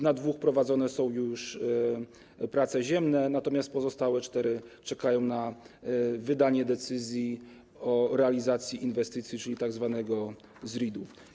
Na dwóch prowadzone są już prace ziemne, natomiast pozostałe cztery czekają na wydanie decyzji o realizacji inwestycji, czyli tzw. ZRID.